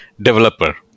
developer